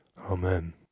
Amen